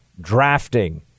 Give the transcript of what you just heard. drafting